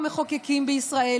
המחוקקים בישראל,